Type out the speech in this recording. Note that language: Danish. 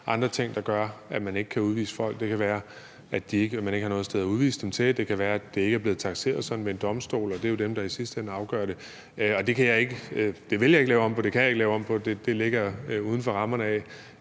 andre ting, der gør, at man ikke kan udvise folk. Det kan være, at man ikke har noget sted at udvise dem til. Det kan være, at det ikke er blevet takseret sådan ved en domstol, og det er jo dem, der i sidste ende afgør det. Det vil jeg ikke lave om på, og det kan jeg ikke lave om på. Det ligger uden for rammerne af,